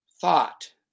thought